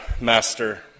master